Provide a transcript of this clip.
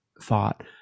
thought